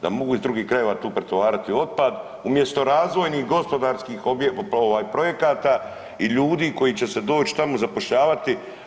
Da mogu iz drugih krajeva tu pretovarati otpad umjesto razvojnih gospodarskim projekata i ljudi koji će se doći tamo zapošljavati.